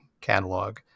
catalog